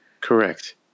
correct